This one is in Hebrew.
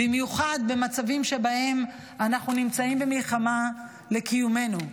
במיוחד במצבים שבהם אנחנו נמצאים במלחמה על קיומנו.